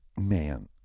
man